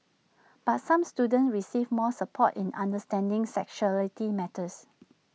but some students receive more support in understanding sexuality matters